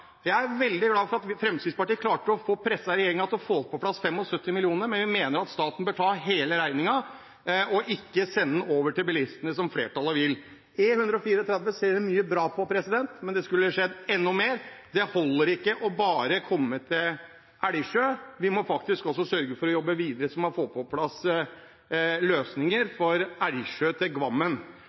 Jeg er veldig glad for at Fremskrittspartiet klarte å få presset regjeringen til å få på plass 75 mill. kr, men vi mener at staten bør ta hele regningen og ikke sende den over til bilistene, som flertallet vil. E134 skjer det mye bra på, men det skulle skjedd enda mer. Det holder ikke bare å komme til Elgsjø. Vi må faktisk også sørge for å jobbe videre, så man får på plass en løsning for